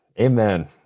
Amen